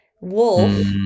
wolf